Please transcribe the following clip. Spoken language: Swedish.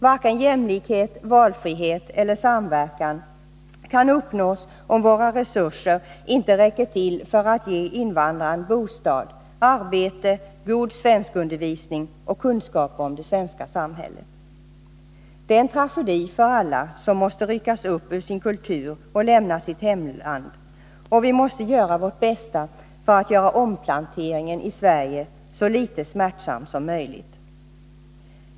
Varken jämlikhet, valfrihet eller samverkan kan uppnås, om våra resurser inte räcker till för att ge invandrarna en bostad, arbete, god svenskundervisning och kunskaper om det svenska samhället. Det är en tragedi för alla som måste ryckas upp ur sin kultur och lämna sitt hemland, och vi måste göra vårt bästa för att göra omplanteringen i Sverige så litet smärtsam som möjligt.